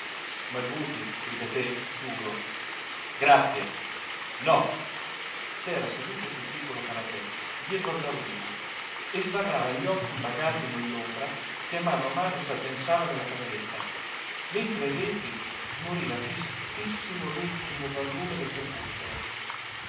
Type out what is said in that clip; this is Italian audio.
ma il buti ripeté duro grazie no s'era seduto sul piccolo canapè dietro al tavolino e sbarrava gli occhi invagati nell'ombra che a mano a mano s'addensava nella cameretta mentre ai vetri smoriva tristissimo l'ultimo barlume del crepuscolo